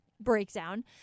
breakdown